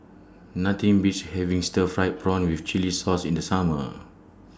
Nothing Beats having Stir Fried Prawn with Chili Sauce in The Summer